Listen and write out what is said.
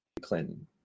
Clinton